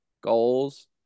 goals